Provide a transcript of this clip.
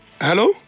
Hello